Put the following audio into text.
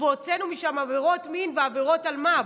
והוצאנו משם עבירות מין ועבירות אלמ"ב.